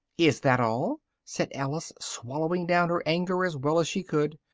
is that all? said alice, swallowing down her anger as well as she could.